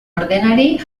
ordenari